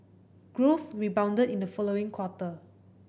growth rebounded in the following quarter